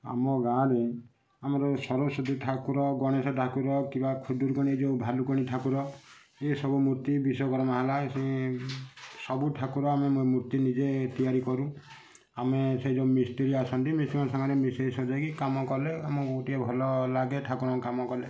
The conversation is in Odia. ଆମ ଗାଁରେ ଆମର ସରସ୍ୱତୀ ଠାକୁର ଗଣେଶ ଠାକୁର କିମ୍ୱା ଖୁଦୁରୁକୁଣୀ ଯେଉଁ ଭାଲୁକୁଣୀ ଠାକୁର ଏ ସବୁ ମୂର୍ତ୍ତି ବିଶ୍ୱକର୍ମା ହେଲା ସେସବୁ ଠାକୁର ଆମେ ମୂର୍ତ୍ତି ନିଜେ ତିଆରି କରୁ ଆମେ ସେ ଯେଉଁ ମିସ୍ତ୍ରୀ ଆସନ୍ତି ମିଶି ମିସ୍ତ୍ରୀଙ୍କ ସାଙ୍ଗରେ ମିଶାଇ ସଜାଇ କି କାମ କଲେ ଆମକୁ ଟିକେ ଭଲ ଲାଗେ ଠାକୁରଙ୍କ କାମ କଲେ